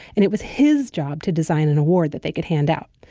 and it was his job to design an award that they could hand out.